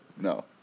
No